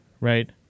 right